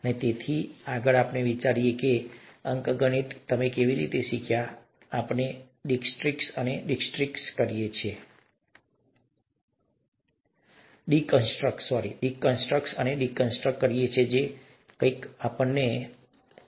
અને જ્યારે તમે આ વસ્તુઓનો વિચાર કરો છો ત્યારે આપણે અંકગણિત કેવી રીતે શીખ્યા તે આપણે ડિકન્સ્ટ્રક્ટ અને ડીકન્સ્ટ્રક્ટ કરીએ છીએ પછી આપણને કંઈક ખ્યાલ આવે છે તમે જાણો છો